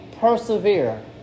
persevere